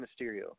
Mysterio